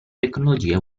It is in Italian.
tecnologie